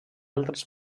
altres